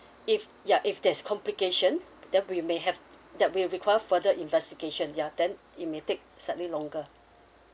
if ya if there's complication then we may have that we will require further investigation ya then it may take slightly longer